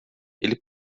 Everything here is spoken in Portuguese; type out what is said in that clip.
ele